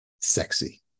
sexy